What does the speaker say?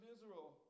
Israel